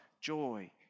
joy